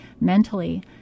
mentally